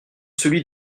celui